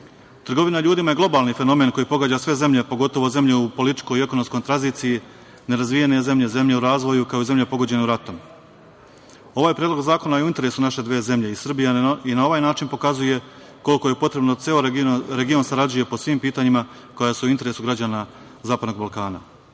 ljudima je globalni fenomen koji pogađa sve zemlje, pogotovo zemlje u političkoj i ekonomskoj tranziciji, nerazvijene zemlje, zemlje u razvoju, kao i zemlje pogođene ratom. Ovaj predlog zakona je u interesu naše dve zemlje i Srbija na ovaj način pokazuje koliko je potrebno da ceo region sarađuje po svim pitanjima koja su u interesu građana zapadnog